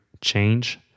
change